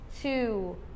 two